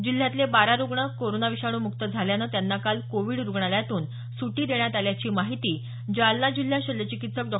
जिल्ह्यातले बारा रुग्ण कोरोना विषाणू मुक्त झाल्यानं त्यांना काल कोवीड रुग्णालयातून सुटी देण्यात आल्याची माहिती जालना जिल्हा शल्यचिकित्सक डॉ